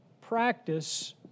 Practice